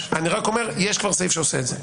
אני רק אומר שכבר יש בחוק הזה סעיף שעושה את זה,